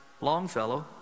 Longfellow